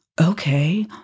okay